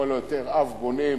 לכל היותר אב בונה,